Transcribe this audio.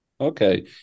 Okay